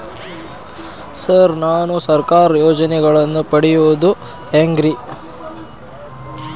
Sir ನಾನು ಸರ್ಕಾರ ಯೋಜೆನೆಗಳನ್ನು ಪಡೆಯುವುದು ಹೆಂಗ್ರಿ?